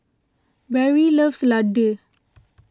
Berry loves Ladoo